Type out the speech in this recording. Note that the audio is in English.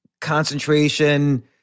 concentration